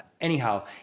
anyhow